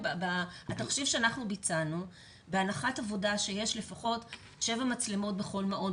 בתחשיב שאנחנו ביצענו ובהנחת העבודה שיש לפחות שבע מצלמות בכל מעון,